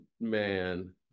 man